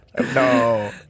No